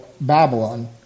Babylon